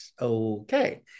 Okay